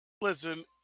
listen